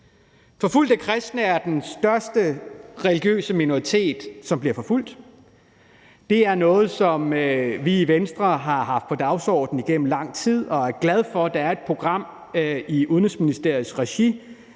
kristne. Kristne er den største religiøse minoritet, som bliver forfulgt. Det er noget, som vi i Venstre har haft på dagsordenen igennem lang tid, og vi er glade for, at der er et program i Udenrigsministeriets regi,